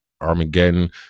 Armageddon